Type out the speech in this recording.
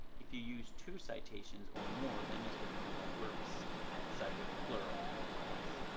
if you use two citations or more, then this would become a works cited plural with an s.